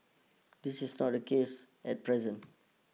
this is not the case at present